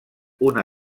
una